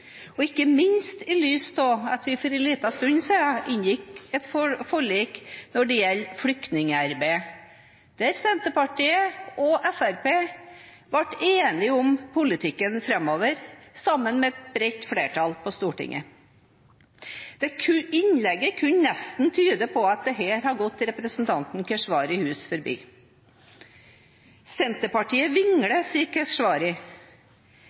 og ikke minst i lys av at vi for en liten stund siden inngikk et forlik når det gjelder flyktningarbeidet, der Senterpartiet og Fremskrittspartiet ble enige om politikken framover, sammen med et bredt flertall på Stortinget. Innlegget kunne nesten tyde på at dette har gått representanten Keshvari hus forbi. Senterpartiet vingler,